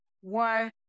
One